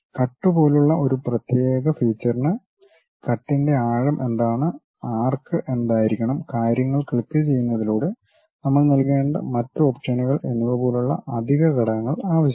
cut പോലുള്ള ഒരു പ്രത്യേക ഫീച്ചർന് കട്ടിന്റെ ആഴം എന്താണ് ആർക്ക് എന്തായിരിക്കണം കാര്യങ്ങൾ ക്ലിക്കുചെയ്യുന്നതിലൂടെ നമ്മൾ നൽകേണ്ട മറ്റ് ഓപ്ഷനുകൾ എന്നിവ പോലുള്ള അധിക ഘടകങ്ങൾ ആവശ്യമാണ്